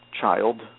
child